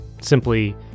simply